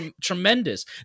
tremendous